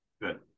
Good